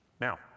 Now